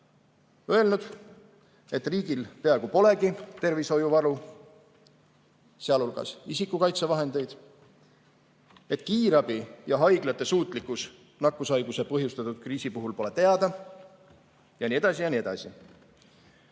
öelnud, et riigil peaaegu polegi tervishoiuvaru, sh isikukaitsevahendeid, et kiirabi ja haiglate suutlikkus nakkushaiguse põhjustatud kriisi puhul pole teada jne, jne.